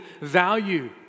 value